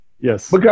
Yes